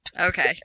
Okay